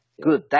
good